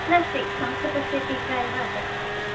नास्ति संस्कृतस्य टीका एव अपेक्ष्यते